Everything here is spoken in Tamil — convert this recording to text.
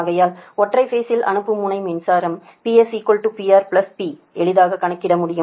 ஆகையால் ஒற்றை பேஸில் அனுப்பும் முனை மின்சாரம் PS PR P எளிதாக கணக்கிட முடியும்